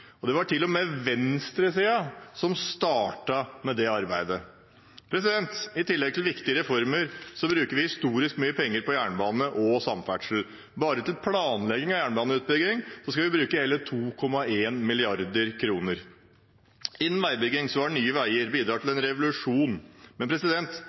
og det var til og med venstresiden som startet det arbeidet. I tillegg til viktige reformer bruker vi historisk mye penger på jernbane og samferdsel. Bare til planlegging av jernbaneutbygging skal vi bruke hele 2,1 mrd. kr. Innen veibygging har Nye Veier bidratt til en revolusjon. Det Nye Veier gjør, er slett ikke unikt i internasjonal sammenheng, men